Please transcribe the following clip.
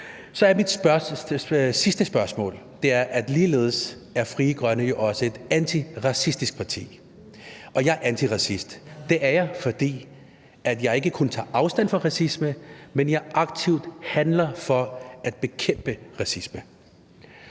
ligeløn og et opgør med patriarkatet. Frie Grønne er jo også et antiracistisk parti, og jeg er antiracist. Det er jeg, fordi jeg ikke kun tager afstand fra racisme, men aktivt handler for at bekæmpe racisme.